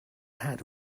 had